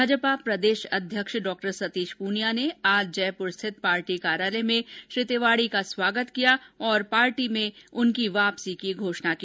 भाजपा प्रदेश अध्यक्ष डॉ सतीश पूनिया ने आज जयपुर स्थित पार्टी कार्यालय में श्री तिवाड़ी का स्वागत किया और पार्टी में उनकी वापसी की घोषणा की